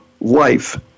life